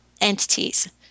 entities